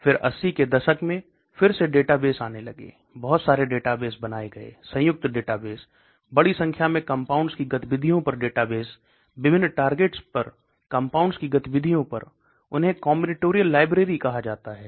फिर 80 के दशक में फिर से डेटाबेस आने लगे बहुत सारे डेटाबेस बनाए गए संयुक्त डेटाबेस बड़ी संख्या में कंपाउंड्स की गतिविधि पर डेटाबेस बिभिन्न टार्गेट्स पर कंपाउंड्स की गतिविधि उन्हें कॉम्बिनेटरियल लाइब्रेरी कहा जाता है